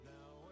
Now